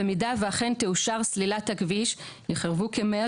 במידה ואכן תאושר סלילת הכביש ייחרבו כמאה